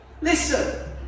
Listen